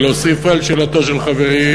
להוסיף על שאלתו של חברי,